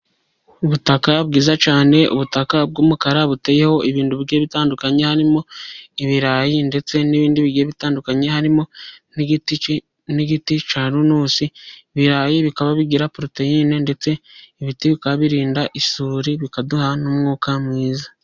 Ubutaka bwiza cyane, ubutaka bw'umukara buteyeho ibintu bigiye bitandukanye, harimo ibirayi ndetse n'ibindi bigiye bitandukanye, harimo n'igiti cya runusi. Ibirayi bikaba bigira poroteyine ndetse ibiti bikaba birinda isuri bikaduha n'umwuka mwiza.